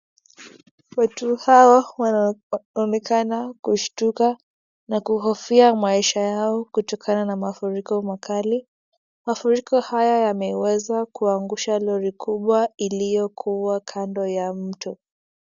Watu hawa wanaonekana kushtuka na kuhofia maisha yao kutokana na mafuriko makali. Mafuriko haya yameweza kuangusha lori kubwa iliyokua kando ya mto.